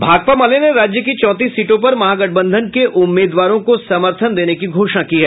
भाकपा माले ने राज्य की चौंतीस सीटों पर महागठबंधन के उम्मीदवारों को समर्थन देने की घोषणा की है